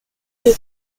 les